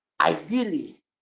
ideally